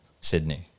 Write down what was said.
Sydney